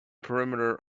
perimeter